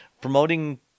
promoting